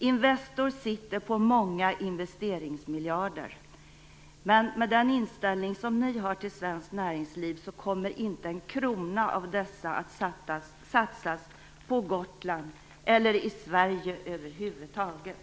Investor sitter på många investeringsmiljarder. Men med den inställning som ni har till svenskt näringsliv kommer inte en krona av dessa att satsas på Gotland eller i Sverige över huvud taget.